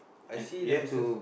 I see the business